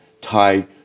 tie